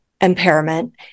impairment